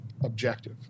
objective